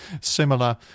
similar